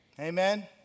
Amen